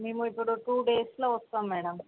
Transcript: మేము ఇప్పుడు టూ డేస్లో వస్తాం మేడం